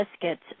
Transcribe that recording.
biscuits